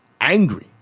angry